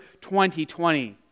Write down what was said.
2020